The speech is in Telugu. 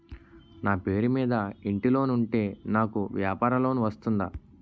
నా పేరు మీద ఇంటి లోన్ ఉంటే నాకు వ్యాపార లోన్ వస్తుందా?